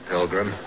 Pilgrim